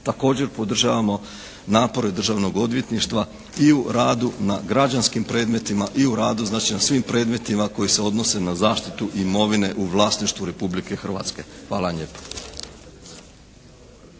Također podržavamo napore Državnog odvjetništva i u radu na građanskim predmetima i u radu znači na svim predmetima koji se odnose na zaštitu imovine u vlasništvu Republike Hrvatske. Hvala vam lijepo.